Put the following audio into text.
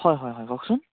হয় হয় হয় কওকচোন